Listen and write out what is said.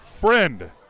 friend